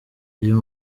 uyu